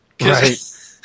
Right